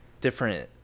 different